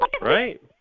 Right